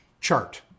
chart